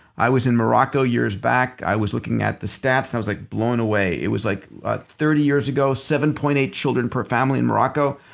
i was in morocco years back. i was looking at the stats and i was like blown away. it was like ah thirty years ago seven point eight children per family in morocco.